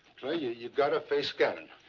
clay, yeah you've got to face gannon.